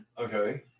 Okay